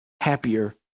happier